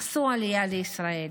עשו עלייה לישראל.